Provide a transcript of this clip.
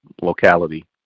locality